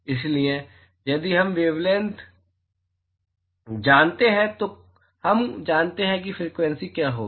इसलिए यदि हम वेवलैंथ जानते हैं तो हम जानते हैं कि फ्रिक्वेंसी क्या होगी